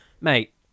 mate